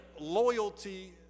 loyalty